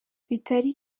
bitari